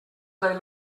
they